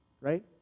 Right